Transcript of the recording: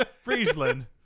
Friesland